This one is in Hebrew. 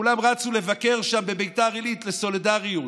כולם רצו לבקר שם בביתר עילית לסולידריות.